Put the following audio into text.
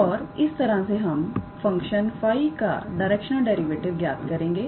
और इस तरह से हम फंक्शन 𝜑 का डायरेक्शनल डेरिवेटिव ज्ञात करेंगे